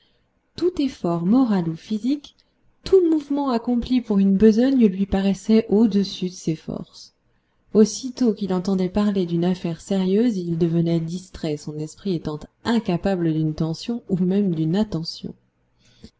tout effort moral ou physique tout mouvement accompli pour une besogne lui paraissait au-dessus de ses forces aussitôt qu'il entendait parler d'une affaire sérieuse il devenait distrait son esprit étant incapable d'une tension ou même d'une attention